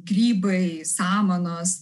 grybai samanos